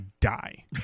die